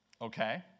Okay